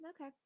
Okay